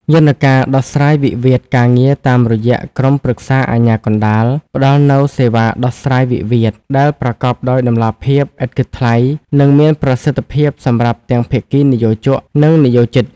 យន្តការដោះស្រាយវិវាទការងារតាមរយៈក្រុមប្រឹក្សាអាជ្ញាកណ្ដាល ផ្ដល់នូវសេវាដោះស្រាយវិវាទដែលប្រកបដោយតម្លាភាព ឥតគិតថ្លៃ និងមានប្រសិទ្ធភាពសម្រាប់ទាំងភាគីនិយោជក និងនិយោជិត។